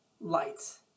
Lights